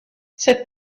cette